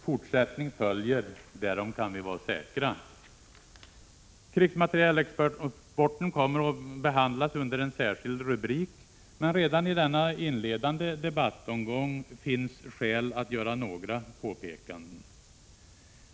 Fortsättning följer, därom kan vi vara säkra. Krigsmaterielexporten kommer att behandlas under en särskild rubrik, men redan i denna inledande debattomgång finns skäl att göra några påpekanden.